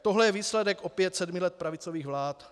Tohle je výsledek opět sedmi let pravicových vlád.